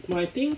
no I think